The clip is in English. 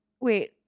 wait